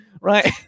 Right